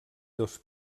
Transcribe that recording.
dos